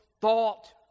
thought